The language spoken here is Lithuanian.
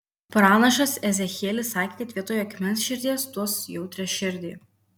pranašas ezechielis sakė kad vietoj akmens širdies duos jautrią širdį